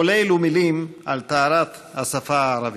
כל אלו מילים על טהרת השפה הערבית.